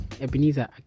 Ebenezer